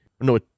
No